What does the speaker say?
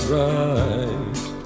right